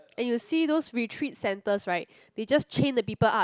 and you see those retreat centres right they just chain the people up